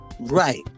right